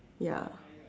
ya